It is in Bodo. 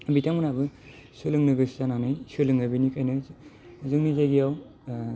बिथांमोनहाबो सोलोंनो गोसो जानानै सोलोङो बिनिखायनो जोंनि जायगायाव ओ